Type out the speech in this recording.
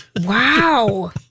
Wow